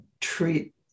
treat